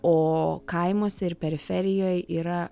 o kaimuose ir periferijoj yra